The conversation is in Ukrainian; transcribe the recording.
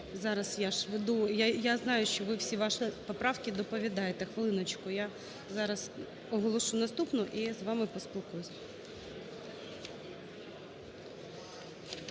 Зараз, я ж веду, я знаю, що ви всі ваші поправки доповідаєте. Хвилиночку, я зараз оголошу наступну і з вами поспілкуюсь.